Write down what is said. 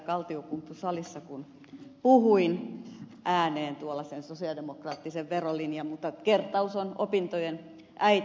kaltiokumpu salissa kun puhuin ääneen tuolla sen sosialidemokraattisen verolinjan mutta kertaus on opintojen äiti